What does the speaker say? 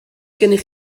gennych